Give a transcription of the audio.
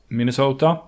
Minnesota